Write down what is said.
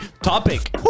topic